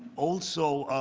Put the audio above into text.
also,